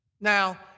Now